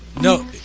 No